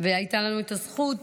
והייתה לנו את הזכות